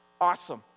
Awesome